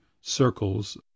circles